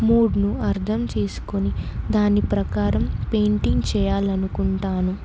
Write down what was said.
మూడ్ను అర్థం చేసుకొని దాని ప్రకారం పెయింటింగ్ చేయాలనుకుంటాను